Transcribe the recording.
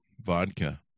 vodka